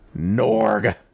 Norg